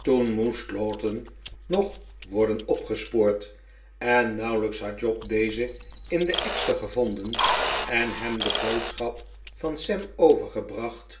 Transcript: toen moest lowten nog worden opgespoord en nauwelijks had job dezen in de ekster gevonden en hem de boodschap van sam overgebracht